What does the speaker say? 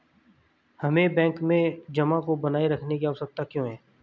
हमें बैंक में जमा को बनाए रखने की आवश्यकता क्यों है?